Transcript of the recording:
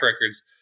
records